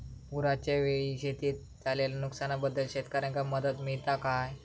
पुराच्यायेळी शेतीत झालेल्या नुकसनाबद्दल शेतकऱ्यांका मदत मिळता काय?